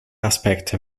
aspect